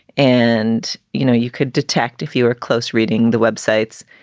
and, you know, you could detect if you are close reading the websites,